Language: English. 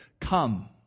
Come